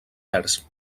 vers